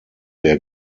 der